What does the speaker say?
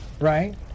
right